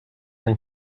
d’un